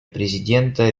президента